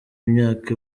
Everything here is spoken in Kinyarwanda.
imyaka